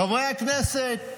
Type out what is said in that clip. חברי הכנסת,